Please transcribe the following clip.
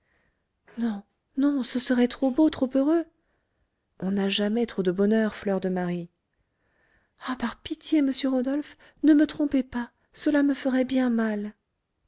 non non ce serait trop beau trop heureux on n'a jamais trop de bonheur fleur de marie ah par pitié monsieur rodolphe ne me trompez pas cela me ferait bien mal